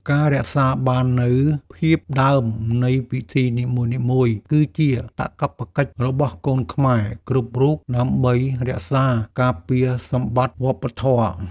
ការរក្សាបាននូវភាពដើមនៃពិធីនីមួយៗ គឺជាកាតព្វកិច្ចរបស់កូនខ្មែរគ្រប់រូបដើម្បីរក្សាការពារសម្បត្តិវប្បធម៌។